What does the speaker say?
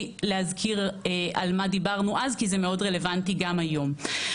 להזכיר על מה דיברנו אז כי זה רלוונטי גם היום במידה רבה.